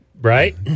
Right